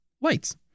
lights